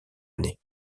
année